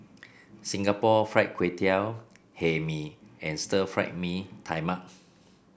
Singapore Fried Kway Tiao Hae Mee and Stir Fried Mee Tai Mak